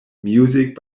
music